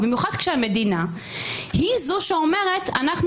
במיוחד כשהמדינה היא זאת שאומרת שהיא